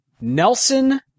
Nelson